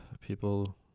people